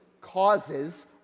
causes